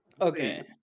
Okay